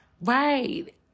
Right